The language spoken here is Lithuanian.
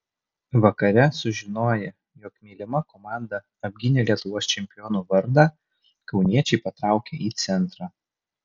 vakare sužinoję jog mylima komanda apgynė lietuvos čempionų vardą kauniečiai patraukė į centrą